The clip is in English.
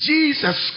Jesus